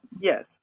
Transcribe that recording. Yes